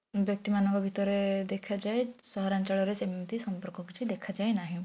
ବ୍ୟକ୍ତିମାନଙ୍କ ଭିତରେ ଦେଖାଯାଏ ସହରାଞ୍ଚଳରେ ସେମିତି ସମ୍ପର୍କ କିଛି ଦେଖାଯାଏ ନାହିଁ